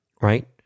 right